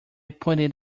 pointed